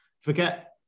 forget